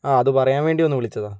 ആ അത് പറയാൻ വേണ്ടി ഒന്ന് വിളിച്ചതാണ്